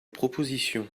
proposition